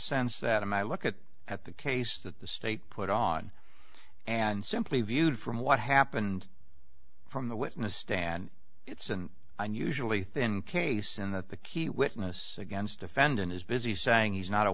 sense that i look at at the case that the state put on and simply viewed from what happened from the witness stand it's an unusually thin case and that the key witness against defendant is busy saying he's not a